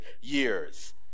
years